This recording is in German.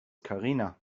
karina